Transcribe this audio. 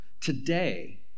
Today